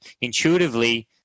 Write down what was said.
intuitively